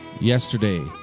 Yesterday